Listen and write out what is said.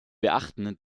beachten